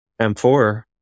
M4